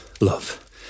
love